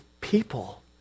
people